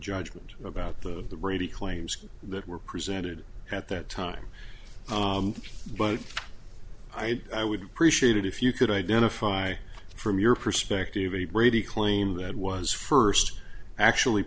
judgment about the rating claims that were presented at that time but i would appreciate it if you could identify from your perspective the brady claim that was first actually